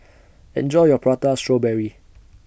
Enjoy your Prata Strawberry